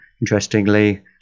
interestingly